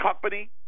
company